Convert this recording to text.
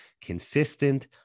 consistent